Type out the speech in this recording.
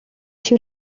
too